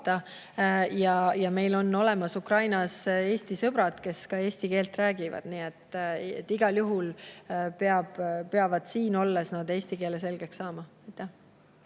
ja meil on olemas Ukrainas Eesti sõbrad, kes eesti keelt räägivad. Nii et igal juhul peavad nad siin olles eesti keele selgeks saama.